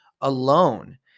alone